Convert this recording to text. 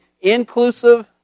inclusive